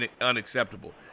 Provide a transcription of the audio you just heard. unacceptable